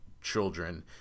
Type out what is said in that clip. children